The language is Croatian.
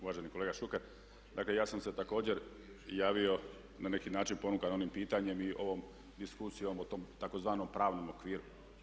Uvaženi kolega Šuker, dakle ja sam se također javio na neki način ponukan onim pitanjem i ovom diskusijom o tom tzv. pravnom okviru.